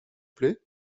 plait